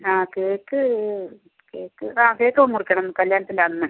ആ കേക്ക് ആ കേക്കും മുറിക്കണം കല്യാണത്തിന്റെയന്ന്